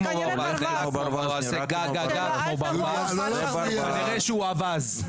עושה גע גע גע כמו ברווז כנראה שהוא אווז.